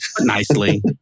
Nicely